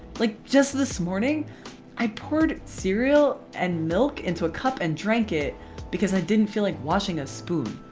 like just this morning i poured cereal and milk into a cup and drank it because i didn't feel like washing a spoon.